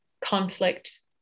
conflict